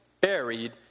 buried